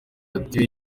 ati